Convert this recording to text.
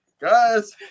guys